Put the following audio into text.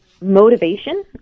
motivation